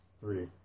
three